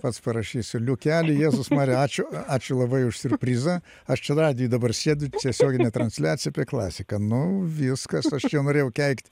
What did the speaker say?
pats parašysiu liukeli jėzus marija ačiū ačiū labai už siurprizą aš čia radijuj dabar sėdu tiesioginė transliacija apie klasiką nu viskas aš čia norėjau keikt